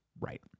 Right